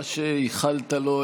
מה שייחלת לו,